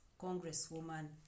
Congresswoman